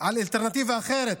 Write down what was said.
על אלטרנטיבה אחרת,